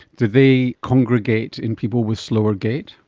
do they congregate in people with slower gait?